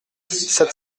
sept